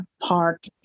park